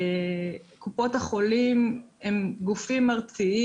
קופות החולים הם גופים ארציים.